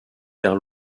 vers